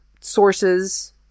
sources